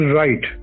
right